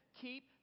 Keep